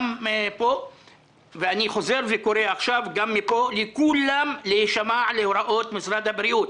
אני חוזר וקורא עכשיו גם מפה לכולם להישמע להוראות משרד הבריאות.